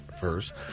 first